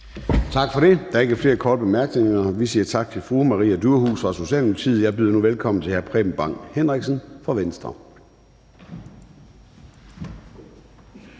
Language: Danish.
Tak for det. Der er ikke flere korte bemærkninger. Vi siger tak til fru Maria Durhuus fra Socialdemokratiet. Jeg byder nu velkommen til hr. Preben Bang Henriksen fra Venstre.